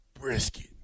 brisket